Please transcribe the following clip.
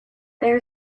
there